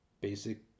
basic